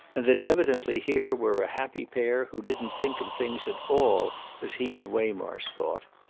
and that evidently here were a happy pair who didn't think of things at all as he and waymarsh thought.